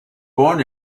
born